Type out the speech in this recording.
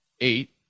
eight